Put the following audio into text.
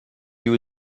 you